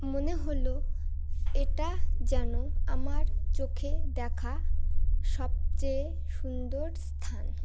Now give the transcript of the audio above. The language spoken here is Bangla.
মনে হলো এটা যেন আমার চোখে দেখা সবচেয়ে সুন্দর স্থান